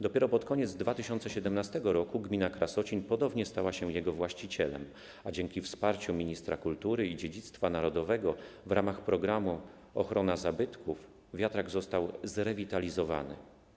Dopiero pod koniec 2017 r. gmina Krasocin ponownie stała się jego właścicielem, a dzięki wsparciu ministra kultury i dziedzictwa narodowego w ramach programu „Ochrona zabytków” wiatrak został zrewitalizowany.